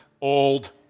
old